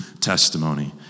testimony